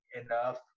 enough